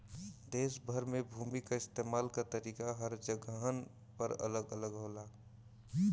देस भर में भूमि क इस्तेमाल क तरीका हर जगहन पर अलग अलग होला